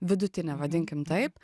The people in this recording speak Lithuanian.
vidutinė vadinkim taip